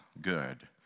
good